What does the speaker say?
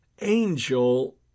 angel